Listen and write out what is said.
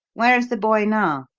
where is the boy, now?